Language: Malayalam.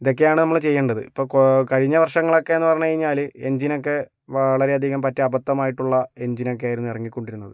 ഇതൊക്കെയാണ് നമ്മൾ ചെയ്യേണ്ടത് ഇപ്പോൾ കോ കഴിഞ്ഞ വർഷങ്ങളൊക്കെ എന്ന് പറഞ്ഞു കഴിഞ്ഞാൽ എഞ്ചിന്നൊക്കെ വളരെയധികം പറ്റിയ അബദ്ധം ആയിട്ടുള്ള എഞ്ചിന്നൊക്കെ ആയിരുന്നു ഇറങ്ങി കൊണ്ടിരുന്നത്